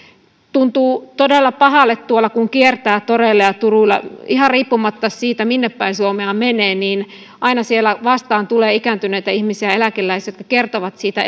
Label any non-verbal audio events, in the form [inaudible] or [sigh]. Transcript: tuntuu todella pahalle kun tuolla kiertää toreilla ja turuilla ja ihan riippumatta siitä minne päin suomea menee aina siellä vastaan tulee ikääntyneitä ihmisiä ja eläkeläisiä jotka kertovat siitä [unintelligible]